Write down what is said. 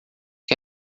que